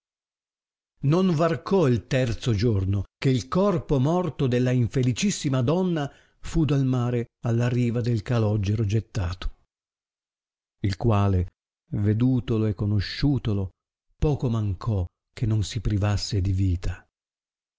non varcò il terzo giorno che il corpo morto della infelicissima donna fu dal mare alla riva del calogero gettato il quale vedutolo e conosciutolo poco mancò che non si privasse di vita